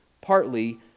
partly